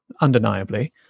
undeniably